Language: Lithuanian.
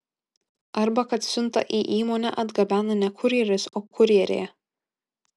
arba kad siuntą į įmonę atgabena ne kurjeris o kurjerė